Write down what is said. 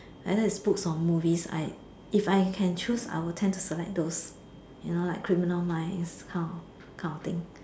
I like books from movies I if I can choose I will tend to select those you know like criminal minds that kind that kind of thing